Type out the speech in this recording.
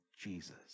Jesus